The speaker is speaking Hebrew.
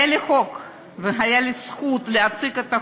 היה לי חוק והייתה לי זכות להציג את החוק,